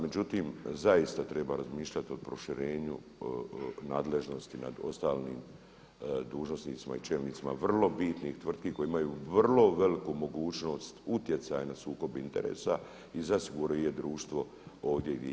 Međutim, zaista treba razmišljati o proširenju nadležnosti nad ostalim dužnosnicima i čelnicima vrlo bitnih tvrtki koje imaju vrlo veliku mogućnost utjecaja na sukob interesa i zasigurno je društvo ovdje gdje je.